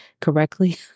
correctly